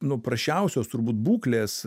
nu prasčiausios turbūt būklės